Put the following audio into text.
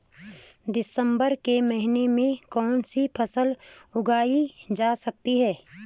दिसम्बर के महीने में कौन सी फसल उगाई जा सकती है?